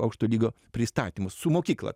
aukšto lygio pristatymus su mokykla